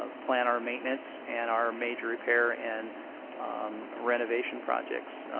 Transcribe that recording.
ah plan our maintenance and our major repair and renovation projects.